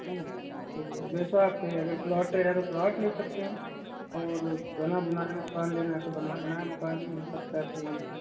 है ना तो जैसा आप कहें अगर प्लॉट लेना है तो प्लॉट ले सकते हैं और बना बनाया मकान लेना है तो बना बनाया मकान भी मिल सकता है आप को वहीं पर